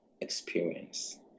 experience